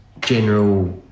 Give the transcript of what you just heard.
general